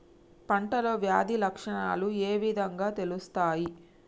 పంటలో వ్యాధి లక్షణాలు ఏ విధంగా తెలుస్తయి?